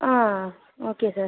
ah okay sir